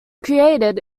created